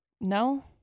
No